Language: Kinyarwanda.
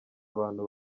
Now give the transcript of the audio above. abantu